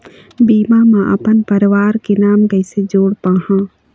बीमा म अपन परवार के नाम कैसे जोड़ पाहां?